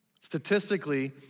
Statistically